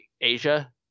Asia